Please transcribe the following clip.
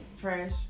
Trash